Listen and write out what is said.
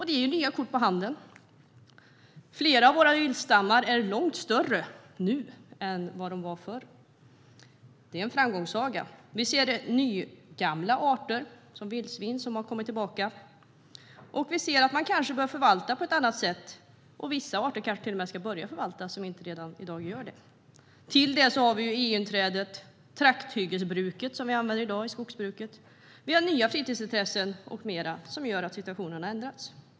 Det ger nya kort på handen. Flera av våra viltstammar är långt större nu än de var förr. Det är en framgångssaga. Vi ser nygamla arter, som vildsvin, som har kommit tillbaka. Vi ser att man nog bör förvalta på ett annat sätt, och vissa arter - sådana som i dag inte förvaltas - kanske till och med ska börja förvaltas. Till detta kommer EU-inträdet, trakthyggesbruket som vi använder i dag i skogsbruket, nya fritidsintressen med mera som gör att situationen ändras.